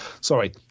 sorry